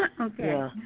Okay